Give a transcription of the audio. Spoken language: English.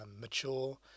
mature